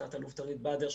את תת-אלוף טריף בדר,